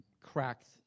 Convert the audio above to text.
cracked